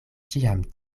ĉiam